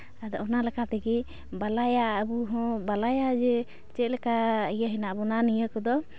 ᱟᱫᱚ ᱚᱱᱟ ᱞᱮᱠᱟ ᱛᱮᱜᱮ ᱵᱟᱞᱟᱭᱟ ᱟᱵᱚ ᱦᱚᱸ ᱵᱟᱞᱟᱭᱟ ᱡᱮ ᱪᱮᱫᱞᱮᱠᱟ ᱤᱭᱟᱹ ᱦᱮᱱᱟᱜ ᱵᱚᱱᱟ ᱱᱤᱭᱟᱹ ᱠᱚᱫᱚ